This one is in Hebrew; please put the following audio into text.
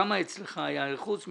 חוץ מ-7%,